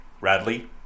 Radley